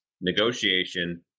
negotiation